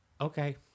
Okay